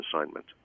assignment